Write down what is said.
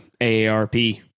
AARP